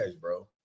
bro